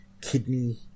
kidney